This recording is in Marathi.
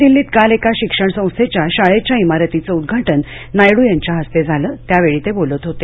नविदिल्लीत काल एका शिक्षण संस्थेच्या शाळेच्या शाळेच्या शारतीचं उद्घाटन नायडू यांच्या हस्ते झाल त्यावेळी ते बोलत होते